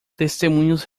testemunhas